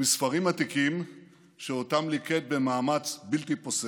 מספרים עתיקים שאותם ליקט במאמץ בלתי פוסק.